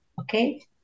Okay